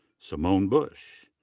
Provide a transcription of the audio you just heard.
simone bush.